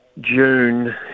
June